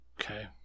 Okay